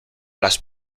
las